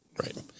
Right